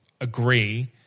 agree